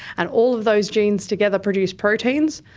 and all of those genes together produce proteins.